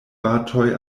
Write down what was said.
batoj